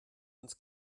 ins